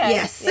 Yes